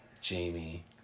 Jamie